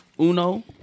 Uno